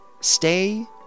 Stay